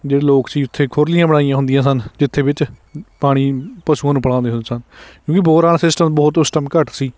ਜਿਹੜੇ ਲੋਕ ਸੀ ਉੱਥੇ ਖੁਰਲੀਆਂ ਬਣਾਈਆਂ ਹੁੰਦੀਆਂ ਸਨ ਜਿੱਥੇ ਵਿੱਚ ਪਾਣੀ ਪਸ਼ੂਆਂ ਨੂੰ ਪਿਲਾਉਂਦੇ ਹੁੰਦੇ ਸਨ ਕਿਉਂਕਿ ਬੋਰ ਵਾਲਾ ਸਿਸਟਮ ਬਹੁਤ ਉਸ ਟੈਮ ਘੱਟ ਸੀ